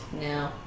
No